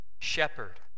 shepherd